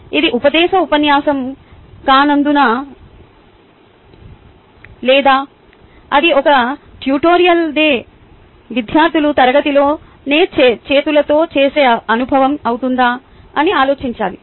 ఇది ఉపదేశ ఉపన్యాసం కానుందా లేదా అది ఒక ట్యుటోరియల్ లేదా విద్యార్థులు తరగతిలోనే చేతులతో చేసే అనుభవం అవుతుందా అని ఆలోచించాలి